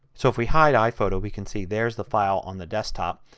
so if we hide iphoto we can see there is the file on the desktop.